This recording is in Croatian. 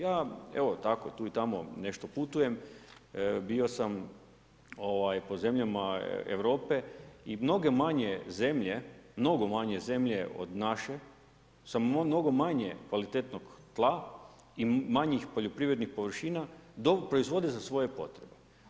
Ja evo tako tu i tamo nešto putujem, bio sam po zemljama Europe i mnoge manje zemlje, mnogo manje zemlje od naše sa mnogo manje kvalitetnog tla i manjih poljoprivrednih površina dobro proizvode za svoje potrebe.